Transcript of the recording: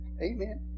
Amen